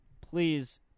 Please